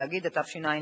לתוצאות: